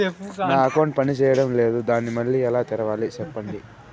నా అకౌంట్ పనిచేయడం లేదు, దాన్ని మళ్ళీ ఎలా తెరవాలి? సెప్పండి